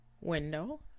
window